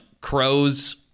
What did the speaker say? Crows